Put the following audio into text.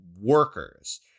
workers